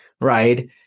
Right